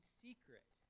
secret